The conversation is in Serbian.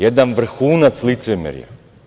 Jedan vrhunac licemerja.